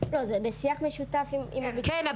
זה בשיח משותף עם ביטוח --- כן,